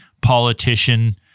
politician